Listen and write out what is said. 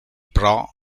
pro